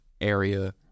area